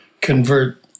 convert